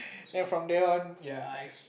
then from then on ya I